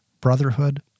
brotherhood